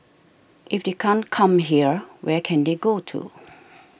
if they can't come here where can they go to